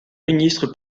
ministre